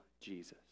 Jesus